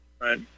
right